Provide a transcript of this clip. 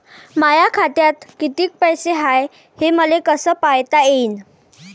माया खात्यात कितीक पैसे हाय, हे मले कस पायता येईन?